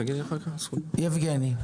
כן, יבגני.